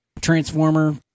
transformer